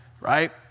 right